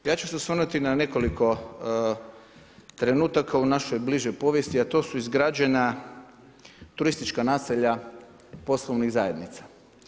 Ja ću se osvrnuti na nekoliko trenutaka u našoj bližoj povijesti, a to su izgrađena turistička naselja poslovnih zajednica.